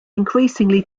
increasingly